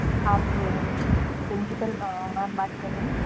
आप principal ma'am बात कर रहे हैं